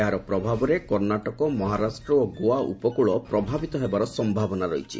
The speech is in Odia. ଏହାର ପ୍ରଭାବରେ କର୍ଣ୍ଣାଟକ ମହାରାଷ୍ଟ୍ ଓ ଗୋଆ ଉପକୃଳ ପ୍ରଭାବିତ ହେବାର ସମ୍ଭାବନା ରହିଛି